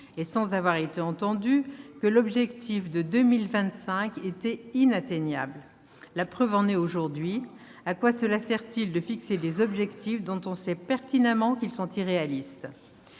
sans avoir été entendus, que l'objectif de 2025 était inatteignable. La preuve en est aujourd'hui ! À quoi cela sert-il de fixer des objectifs dont on sait pertinemment qu'ils sont irréalistes ?